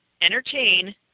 entertain